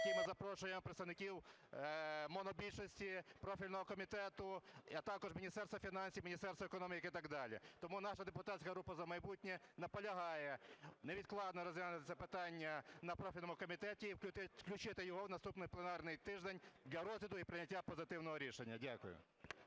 який ми запрошуємо представників монобільшості, профільного комітету, а також Міністерство фінансів, Міністерство економіки і так далі. Тому наша депутатська група "За майбутнє" наполягає невідкладно розглянути це питання на профільному комітеті, включити його в наступний пленарний тиждень для розгляду і прийняття позитивного рішення. Дякую.